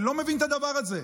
אני לא מבין את הדבר הזה.